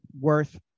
worth